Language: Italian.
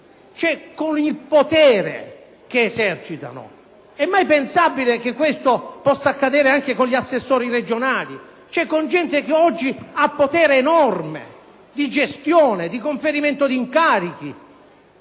con il potere che esercitano. È mai pensabile che questo possa accadere anche con gli assessori regionali, cioè con gente che oggi ha un enorme potere di gestione e di conferimento di incarichi?